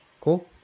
Cool